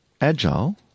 Agile